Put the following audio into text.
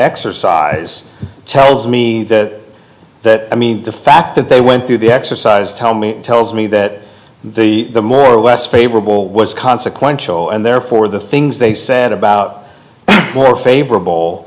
exercise tells me that i mean the fact that they went through the exercise tell me tells me that the more or less favorable was consequential and therefore the things they said about more favorable